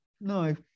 no